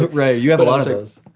but right, you have a lot of those.